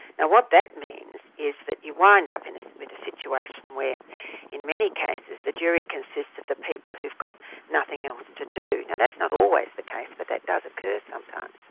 now what that means is that you wind up with a situation where in many cases, the jury consists of the people who've got nothing else to do. now that's not always the case but that does occur sometimes.